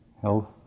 health